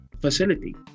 facility